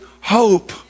hope